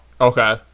Okay